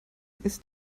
ist